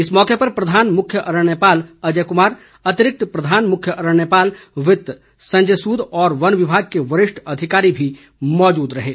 इस अवसर पर प्रधान मुख्य अरण्यपाल अजय कुमार अतिरिक्त प्रधान मुख्य अरण्यपाल वित्त संजय सूद तथा वन विभाग के वरिष्ठ अधिकारी भी उपस्थित थे